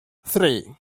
three